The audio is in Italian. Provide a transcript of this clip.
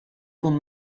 con